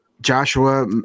Joshua